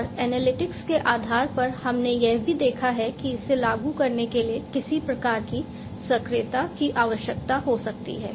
और एनालिटिक्स के आधार पर हमने यह भी देखा है कि इसे लागू करने के लिए किसी प्रकार की सक्रियता की आवश्यकता हो सकती है